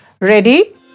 ready